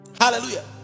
Hallelujah